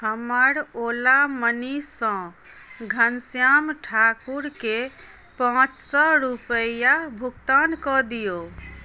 हमर Ola Money सँ घनश्याम ठाकुर केँ पाँच सए रूपैआ भुगतान कऽ दियौ